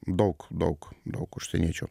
daug daug daug užsieniečių